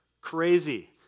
crazy